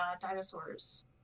dinosaurs